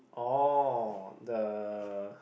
orh the